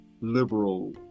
liberal